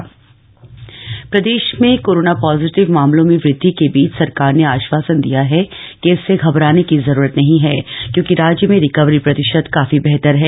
मुख्य सचिव प्रदेश में कोरोना पॉजिटिव मामलों में वृदधि के बीच सरकार ने आश्वासन दिया है कि इससे घबराने की जरूरत नहीं है क्योंकि राज्य में रिकवरी प्रतिशत काफी बेहतर है